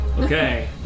Okay